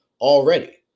already